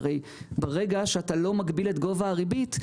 הרי ברגע שאתה לא מגביל את גובה הריבית,